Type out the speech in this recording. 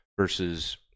versus